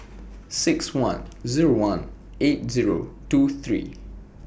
six one Zero one eight Zero two three